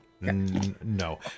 No